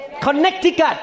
Connecticut